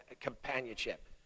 companionship